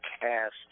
cast